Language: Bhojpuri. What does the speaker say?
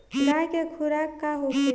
गाय के खुराक का होखे?